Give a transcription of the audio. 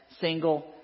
single